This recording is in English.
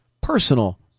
personal